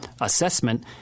assessment